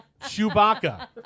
Chewbacca